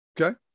Okay